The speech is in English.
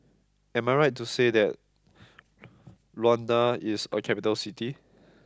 am I right that Luanda is a capital city